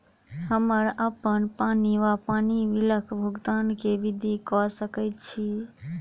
हम्मर अप्पन पानि वा पानि बिलक भुगतान केँ विधि कऽ सकय छी?